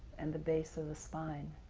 and the base of the spine.